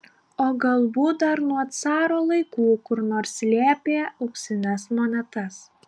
o galbūt dar nuo caro laikų kur nors slėpė auksines monetas